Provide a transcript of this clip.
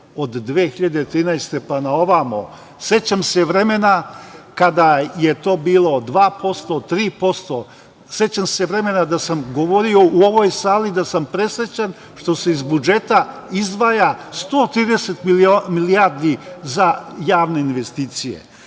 od 2013. godine, pa na ovamo. Sećam se vremena kada je to bilo 2%,3%. Sećam se vremena da sam govorio u ovoj sali da sam presrećan što se iz budžeta izdvaja 130 milijardi za javne investicije.